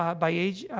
um by age, ah,